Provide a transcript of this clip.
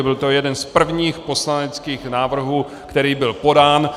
Byl to jeden z prvních poslaneckých návrhů, který byl podán.